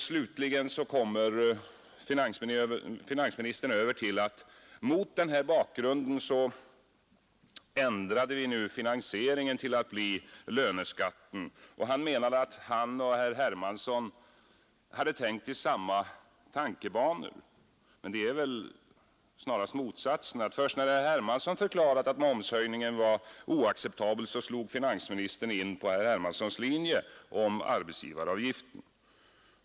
Slutligen kommer finansministern fram till att man mot bakgrunden av denna reaktion ändrade finansieringen till att gälla löneskatten; han menade att han och herr Hermansson hade tänkt i samma tankebanor. Snarare är väl motsatsen fallet. Först när herr Hermansson hade förklarat att momshöjningen var oacceptabel, slog finansministern in på herr Hermanssons linje med höjning av arbetsgivaravgiften.